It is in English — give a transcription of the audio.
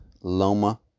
Loma